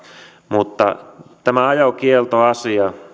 mutta tämä ajokieltoasia